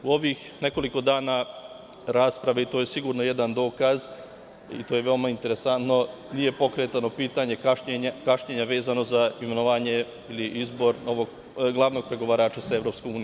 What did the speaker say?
U ovih nekoliko dana rasprave, to je sigurno jedan dokaz i to je veoma interesantno nije pokretano pitanje kašnjenja, vezano za imenovanje glavnog pregovarača sa EU.